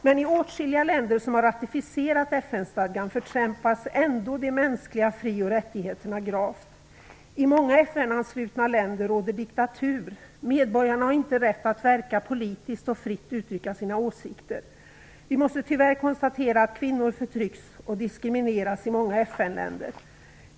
Men i åtskilliga länder som har ratificerat FN-stadgan förtrampas ändå de mänskliga fri och rättigheterna gravt. I många FN-anslutna länder råder diktatur. Medborgarna har inte rätt att verka politiskt och fritt uttrycka sina åsikter. Vi måste tyvärr konstatera att kvinnor förtrycks och diskrimineras i många FN-länder.